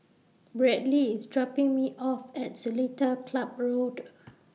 Bradley IS dropping Me off At Seletar Club Road